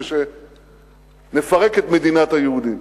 זה שנפרק את מדינת היהודים.